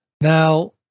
Now